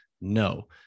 No